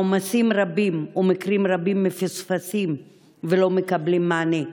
העומסים רבים ומקרים רבים מפוספסים ולא מקבלים מענה.